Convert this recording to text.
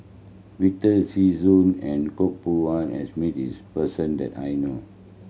Victor Sassoon and Koh Poh Koon has met this person that I know